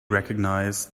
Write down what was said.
recognize